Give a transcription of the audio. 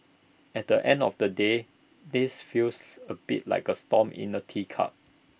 at the end of the day this feels A bit like A storm in A teacup